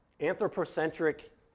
anthropocentric